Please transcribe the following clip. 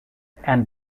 and